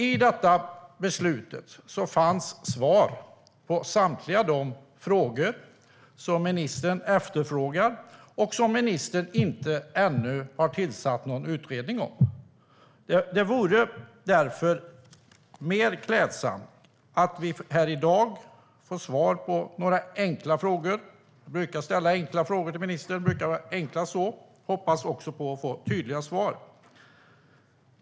I det beslutet fanns svaret på samtliga frågor som ministern har efterlyst och som ministern ännu inte har tillsatt någon utredning om. Det vore därför mer klädsamt att vi här i dag får svar på några enkla frågor - jag brukar ställa enkla frågor tillministern, det brukar vara enklast så - och jag hoppas på att få tydliga svar.